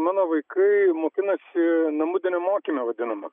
mano vaikai mokinasi namudiniam mokyme vadinamam